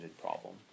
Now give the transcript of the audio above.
problem